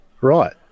Right